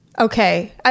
Okay